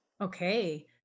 Okay